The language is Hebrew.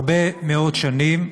הרבה מאוד שנים,